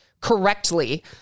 correctly